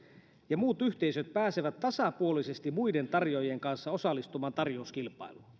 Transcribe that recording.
ja muut yhteisöt pääsevät tasapuolisesti muiden tarjoa jien kanssa osallistumaan tarjouskilpailuun